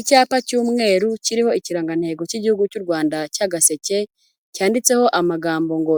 Icyapa cy'umweru kiriho ikirangantego cy'igihugu cy'u Rwanda cy'agaseke, cyanditseho amagambo ngo